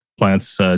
plants